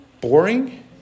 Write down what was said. boring